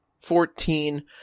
fourteen